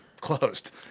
closed